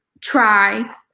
try